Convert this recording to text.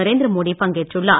Narendra Modi பங்கேற்றுள்ளார்